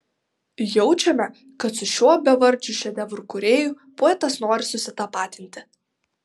jaučiame kad su šiuo bevardžiu šedevrų kūrėju poetas nori susitapatinti